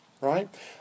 right